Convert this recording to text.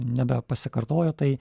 nebepasikartojo tai